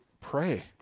pray